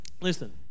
listen